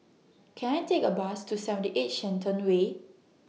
Can I Take A Bus to seventy eight Shenton Way